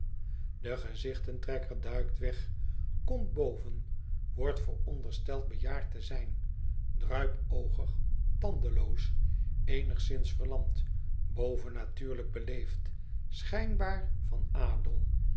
de gezichten trekker duikt weg komt boven wordt voorondersteld bejaard te zijn druipoogig tandenloos eenigszins verlamd bovennatuurlijk beleefd schijnbaar van adel